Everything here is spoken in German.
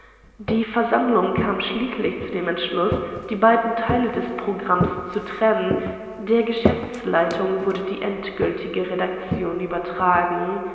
die versammlung kam schließlich zu dem entschluß die beiden teile des programms zu trennen der geschäftsleitung wurde die endgültige redaktion übertragen